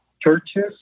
churches